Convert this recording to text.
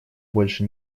больше